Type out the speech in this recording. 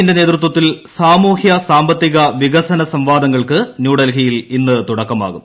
നിതി ആയോഗിന്റെ നേതൃത്വത്തിൽ സാമൂഹ്യ സാമ്പത്തിക വികസന സംവാദങ്ങൾക്ക് ന്യൂഡൽഹിയിൽ ഇന്ന് തുടക്കമാകും